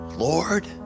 Lord